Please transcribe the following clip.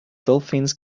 dolphins